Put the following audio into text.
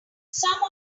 some